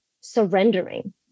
surrendering